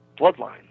bloodline